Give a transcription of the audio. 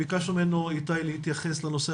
איתי כאחד כזה